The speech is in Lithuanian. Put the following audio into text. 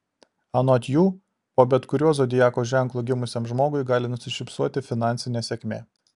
anot jų po bet kuriuo zodiako ženklu gimusiam žmogui gali nusišypsoti finansinė sėkmė